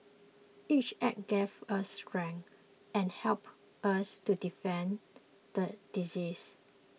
each act gave us strength and helped us to defeat the disease